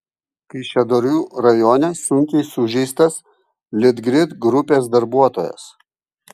kaišiadorių rajone sunkiai sužeistas litgrid grupės darbuotojas